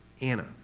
Anna